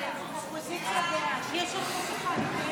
הנפקת תעודות בגרות),